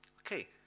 Okay